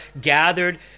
gathered